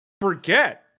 forget